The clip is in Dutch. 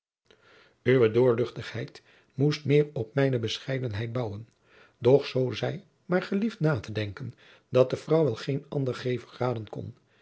uwe doorl moest meer op mijne bescheidenheid bouwen doch zoo zij maar gelieft na te denken dat de vrouw wel geen anderen gever raden kon